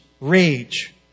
rage